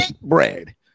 bread